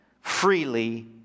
freely